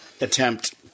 attempt